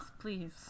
please